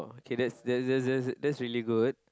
okay that's that's that's that's really good